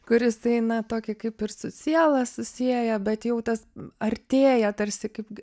kur jis eina tokį kaip ir su siela susieja bet jau tas artėja tarsi kaip